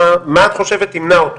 מה את חושב ימנע אותו,